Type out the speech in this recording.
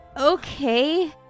Okay